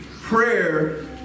prayer